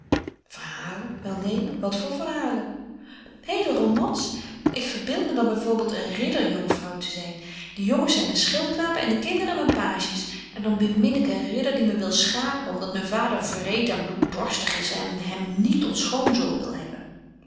verhalen wel neen wat voor verhalen heele romans ik verbeeld me dan bijvoorbeeld een ridderjonkvrouw te zijn de jongens zijn mijn schildknapen en de kinderen mijn pages en dan bemin ik een ridder die me wil schaken omdat mijn vader wreed en bloeddorstig is en hem niet tot schoonzoon wil hebben